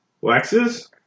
Waxes